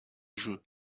jeux